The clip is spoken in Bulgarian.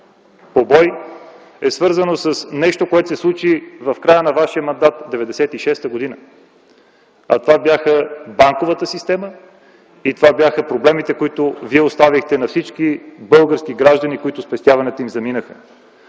побой, е свързано с нещо, което се случи в края на вашия мандат през 1996 г. А това бяха банковата система и проблемите, които вие оставихте на всички български граждани, чиито спестявания заминаха.